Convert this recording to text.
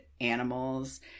animals